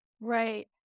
Right